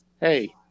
hey